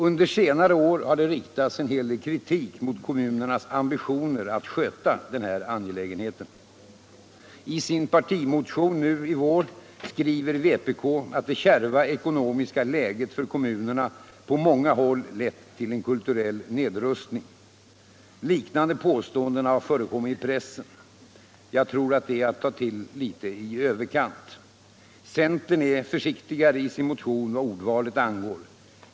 Under senare år har det riktats en hel del kritik mot kommunernas ambitioner att sköta denna angelägenhet. I sin partimotion nu i vår skriver vpk att det kärva ekonomiska läget för kommunerna på många håll lett till en kulturell nedrustning. Liknande påståenden har förekommit i pressen. Jag tror det är att ta till litet i överkant. Centern är försiktigare i sin motion vad ordvalet beträffar.